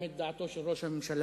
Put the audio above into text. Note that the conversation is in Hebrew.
גם את דעתו של ראש הממשלה.